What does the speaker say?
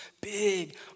big